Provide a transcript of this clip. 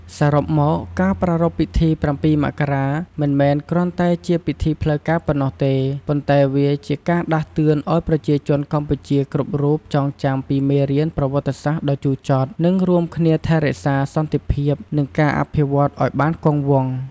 សរុបមកការប្រារព្ធពិធី៧ មករា មិនមែនគ្រាន់តែជាពិធីផ្លូវការប៉ុណ្ណោះទេ ប៉ុន្តែវាជាការដាស់តឿនឲ្យប្រជាជនកម្ពុជាគ្រប់រូបចងចាំពីមេរៀនប្រវត្តិសាស្ត្រដ៏ជូរចត់ និងរួមគ្នាថែរក្សាសន្តិភាព និងការអភិវឌ្ឍន៍ឲ្យបានគង់វង្ស។